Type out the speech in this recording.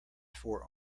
fore